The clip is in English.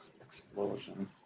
explosion